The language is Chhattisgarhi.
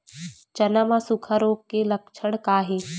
चना म सुखा रोग के लक्षण का हे?